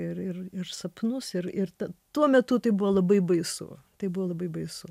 ir ir ir sapnus ir ir ta tuo metu tai buvo labai baisu tai buvo labai baisu